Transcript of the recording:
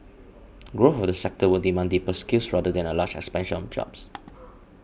growth of the sector will demand deeper skills rather than a large expansion of jobs